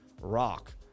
rock